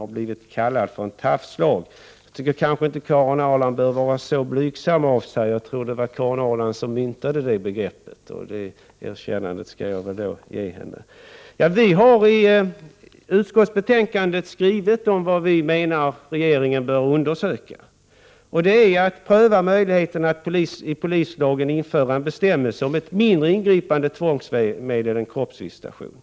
Karin Ahrland borde inte vara så blygsam av sig. Jag trodde att det var Karin Ahrland som myntade detta begrepp. Det är ett erkännande som jag väl skall ge henne. Utskottet har i betänkandet angett vad vi menar att regeringen bör göra, nämligen pröva möjligheterna att i polislagen införa en bestämmelse om ett mindre ingripande tvångsmedel än kroppsvisitation.